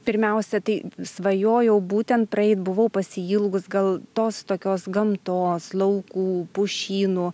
pirmiausia tai svajojau būtent praeiti buvau pasiilgus gal tos tokios gamtos laukų pušyno